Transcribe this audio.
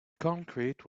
concrete